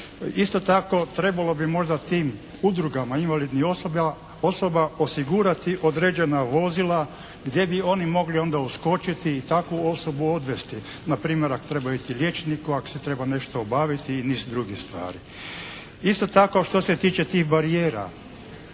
Isto tako trebalo bi možda tim udrugama invalidnih osoba osigurati određena vozila gdje bi oni mogli onda uskočiti i takvu osobu odvesti. Na primjer ako treba ići liječniku, ako se treba nešto obaviti i niz drugih stvari. Isto tako što se tiče tih barijera,